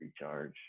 recharge